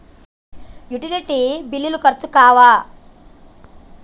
Utility బిల్లులు ఖర్చు కావా?